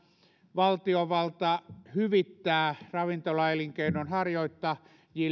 valtiovalta hyvittää ravintolaelinkeinonharjoittajille